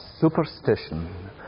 superstition